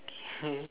okay